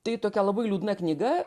tai tokia labai liūdna knyga